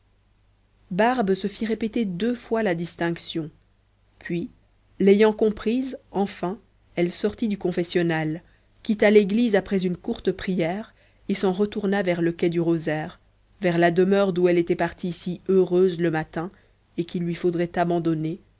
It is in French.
barbe se fit répéter deux fois la distinction puis l'ayant comprise enfin elle sortit du confessionnal quitta l'église après une courte prière et s'en retourna vers le quai du rosaire vers la demeure d'où elle était partie si heureuse le matin et qu'il lui faudrait abandonner